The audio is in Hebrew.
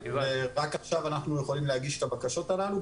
רק עכשיו אנחנו יכולים להגיש את הבקשות הללו.